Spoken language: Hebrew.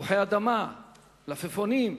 תפוחי אדמה, מלפפונים.